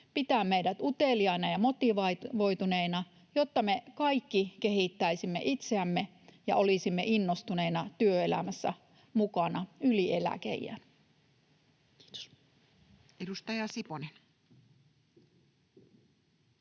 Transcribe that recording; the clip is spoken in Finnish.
pitää meidät uteliaina ja motivoituneina, jotta me kaikki kehittäisimme itseämme ja olisimme innostuneina työelämässä mukana yli eläkeiän. — Kiitos. [Speech